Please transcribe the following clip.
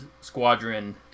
Squadron